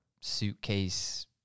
suitcase